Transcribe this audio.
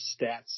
stats